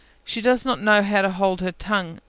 she does not know how to hold her tongue,